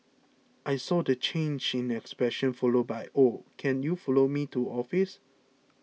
I saw the change in expression followed by oh can you follow me to office